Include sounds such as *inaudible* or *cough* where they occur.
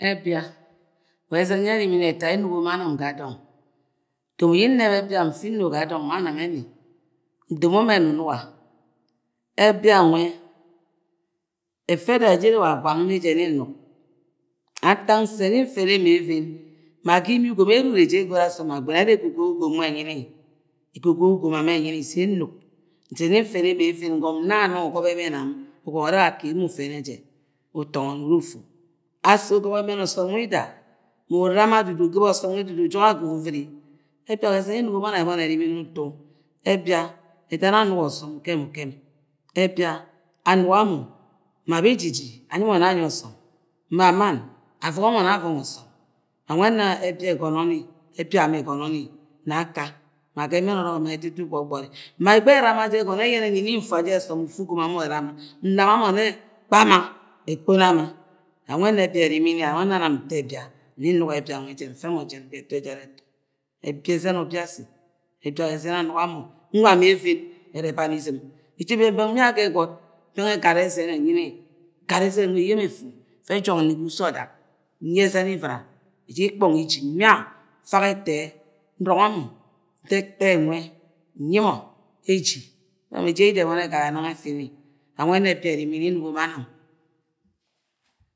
Ẹbia wa ẹzẹnyẹ ẹrimi ẹti yẹ enogo ma nam ga dọng. domo ye nebe ebia mfi no ga dọng ma nẹmẹ ni ndomo mọ ẹnunuga ebia nwẹ ẹfẹ ẹda dejere wa gwang ne jẹ ni-nuk ga ntak nsẹ ni fẹmẹ ma ẹvẹn *unintelligible* ẹgọgọi ugom am ẹnyini isẹ nuk nse ni fẹnẹ ma even ngom n-na anang ugobo ẹmẹn am ugọnọ urẹ wa akẹ mo ufẹnẹ jẹ utọngọni urufu asi ugọbọ ẹmẹn ọsọm wida mu urum a dudu. ugɨbo oson nye ujoga ga uvuvuri *unintelligible* ẹbia ẹda na anuk ga ọsọm ukẹ mu kem ebia anuk gamọ ba ji ji-anyi mọ nẹ anyi ọsọm ma mann avọngọ nẹ avọngọ ọsọm wang nwe ẹna ẹbia ẹgọnọ ni ẹbia am ẹgọnọ ni na aka maga ẹmẹn ọrọk ani ma edudu gbọgbọri ma ẹgbẹ ẹrama jẹ ẹgọnọ eyeni ni-ntu ajẹ ọsọm ufu ugom am urama nrama mo nẹ kpo ana ekponi ama wang nwẹ ẹna nam nto ẹbia ni-nuga ebi a nwe jẹ mfẹ mo jen ga ẹtu ẹjara ẹtu ẹbia ẹzẹn ubi asi ẹbia wa ẹzẹn yẹ anuga mọ nwa ma even are eba ni izɨm eje bẹng bẹng mbia aga ẹgọt bẹng ẹgara ẹzẹn ẹnyi ni ẹgara ẹzẹn nwẹ eye mọ ẹfu ẹfẹ ẹjog ni ga uso ọdag nye ezen ivɨra iji ikpọng iji mbia mfak ẹtọ-e nrọngọ mọ nda ẹtọ e nwẹ nyi mọ eji nang ma eje yida ẹgara nang ẹfi ni wang nwẹ ẹna ẹbia ẹrimi ni yẹ ẹnuvọ nam